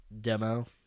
demo